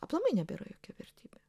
aplamai nebėra jokia vertybė